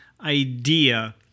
idea